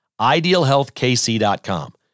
idealhealthkc.com